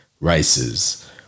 Races